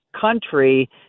country